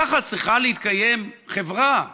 ככה צריכה להתקיים חברה.